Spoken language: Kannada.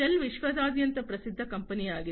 ಶೆಲ್ ವಿಶ್ವಾದ್ಯಂತ ಪ್ರಸಿದ್ಧ ಕಂಪನಿಯಾಗಿದೆ